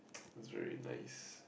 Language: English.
it was very nice